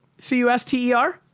c u s t e r?